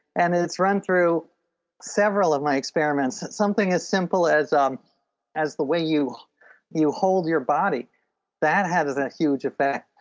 and it's run through several of my experiments something as simple as um as the way you you hold your body that has a huge affect.